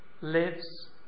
lives